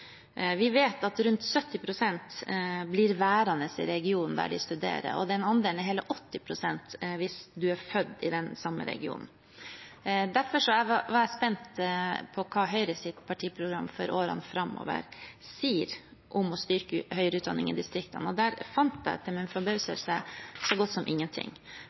Vi vet at rundt 70 pst. blir værende i regionen der de studerer, og den andelen er hele 80 pst. hvis man er født i den samme regionen. Derfor var jeg spent på hva Høyres partiprogram for årene framover sier om å styrke høyere utdanning i distriktene. Der fant jeg til min forbauselse så godt som ingenting.